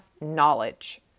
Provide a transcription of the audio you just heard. knowledge